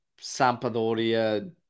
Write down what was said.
Sampadoria